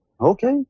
okay